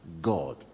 God